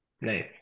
Nice